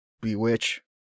Bewitch